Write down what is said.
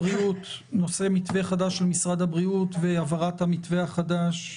נושא המתווה החדש של משרד הבריאות והבהרת המתווה החדש.